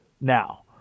now